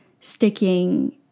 sticking